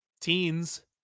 teens